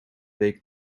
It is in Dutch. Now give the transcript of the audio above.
week